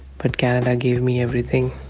but canada gave me everything,